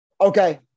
Okay